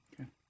Okay